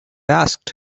asked